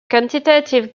quantitative